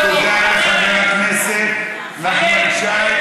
תודה לחבר הכנסת נחמן שי.